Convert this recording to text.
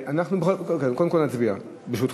קודם כול נצביע, ברשותך.